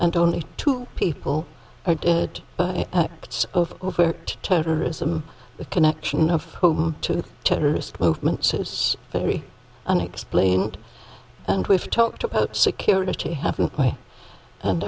and only two people are dead but acts of terrorism the connection of home to terrorist movements is very unexplained and we've talked about security happened by and